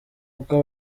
uko